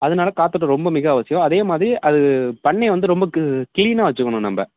அதனால் காற்றோட்டம் ரொம்ப மிக அவசியம் அதே மாதிரி அது பண்ணையை வந்து ரொம்ப கு க்ளீனாக வச்சிக்கணும் நம்ம